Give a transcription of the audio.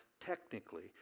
technically